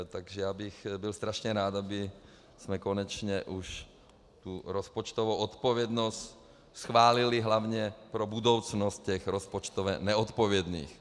Takže já bych byl strašně rád, abychom konečně už tu rozpočtovou odpovědnost schválili hlavně pro budoucnost těch rozpočtově neodpovědných.